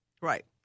Right